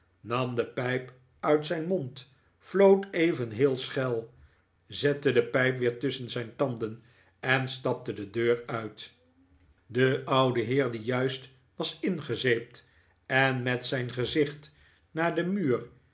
nam de pijp uit zijn mond floot even heel schel zette de pijp weer tusschen zijn tanden en stapte de deur uit de oude heer die juist was ingezeept en met zijn gezicht naar den muur